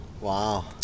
Wow